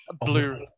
blue